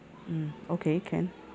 mm okay can